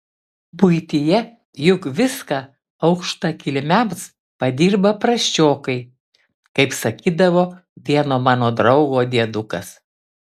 buityje juk viską aukštakilmiams padirba prasčiokai kaip sakydavo vieno mano draugo diedukas